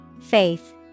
Faith